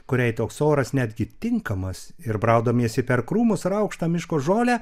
kuriai toks oras netgi tinkamas ir braudamiesi per krūmus ir aukštą miško žolę